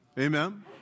Amen